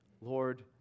Lord